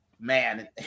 Man